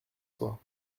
soi